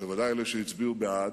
ודאי לאלה שהצביעו בעד,